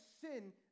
sin